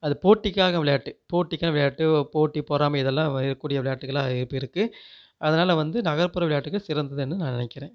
அது போட்டிக்காக விளையாட்டு போட்டிக்காக விளையாட்டு போட்டி பொறாமை இதெல்லாம் இருக்கூடிய விளையாட்டுகளாக இப்போ இருக்கு அதனால வந்து நகர்ப்புற விளையாட்டுகள் சிறந்தது என நான் நினைக்கிறேன்